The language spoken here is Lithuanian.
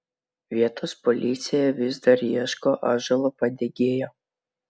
vietos policija vis dar ieško ąžuolo padegėjo